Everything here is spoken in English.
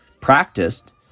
practiced